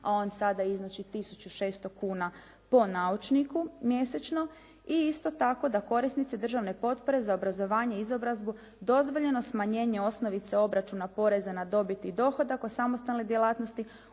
a on sada iznosi 1600 kn po naučniku mjesečno i isto tako da korisnici državne potpore za obrazovanje, izobrazbu dozvoljeno smanjenje osnovice obračuna poreza na dobit i dohodak od samostalne djelatnosti